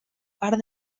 part